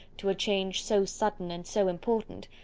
to a change so sudden and so important,